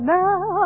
now